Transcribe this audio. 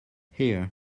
here